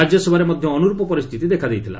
ରାଜ୍ୟସଭାରେ ମଧ୍ୟ ଅନୁର୍ପ ପରିସ୍ଥିତି ଦେଖାଣେଦଇଥିଲା